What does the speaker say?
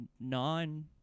nine